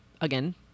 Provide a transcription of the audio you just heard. again